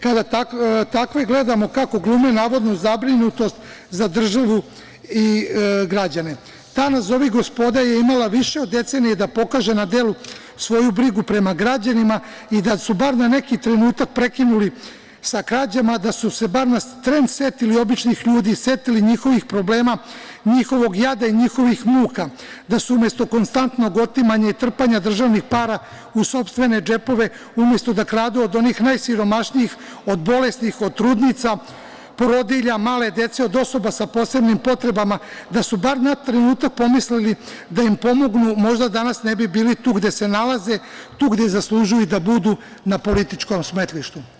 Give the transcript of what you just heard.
Kada takve gledani kako glume navodnu zabrinutost za državu i građane, ta nazovi gospoda, je imala više od decenije da pokaže na delu svoju brigu prema građanima i da su bar na neki trenutak prekinuli sa krađama, da su se bar na tren setili običnih ljudi, setili njihovih problema, njihovog jada i njihovih muka, da su umesto konstantnog otimanja i trpanja državnih para u sopstvene džepove, umesto da kradu od onih najsiromašnijih, od bolesnih, od trudnica, porodilja, male dece, od osoba sa posebnim potrebama, da su bar na trenutak pomislili da im pomognu, možda danas ne bi bili tu gde se nalaze, tu gde zaslužuju da budu, na političkom smetlištu.